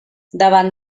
davant